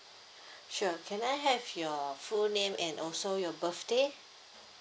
sure can I have your full name and also your birthday